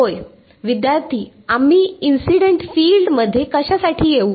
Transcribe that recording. हो विद्यार्थी आम्ही इन्सिडेंट फिल्ड मध्ये कशासाठी येऊ